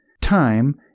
time